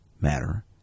matter